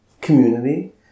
community